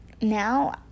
now